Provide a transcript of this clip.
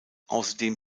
außerdem